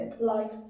life